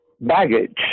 baggage